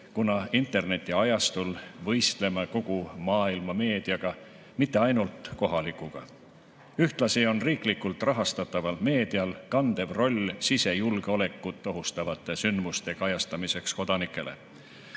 kuna internetiajastul võistleme kogu maailma meediaga, mitte ainult kohalikuga. Ühtlasi on riiklikult rahastataval meedial kandev roll sisejulgeolekut ohustavate sündmuste kajastamisel kodanikele.